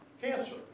cancer